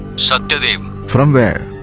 satyadevan from where?